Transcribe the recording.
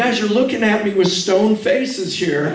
guys are looking at me was stone faces here